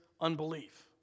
unbelief